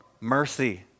Mercy